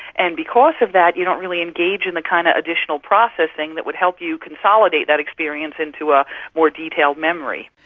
and because of that you don't really engage in the kind of additional processing that would help you consolidate that experience into a more detailed memory.